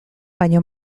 baino